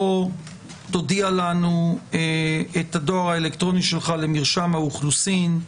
תודיע לנו מה הדואר האלקטרוני שלך למרשם האוכלוסין,